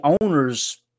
owners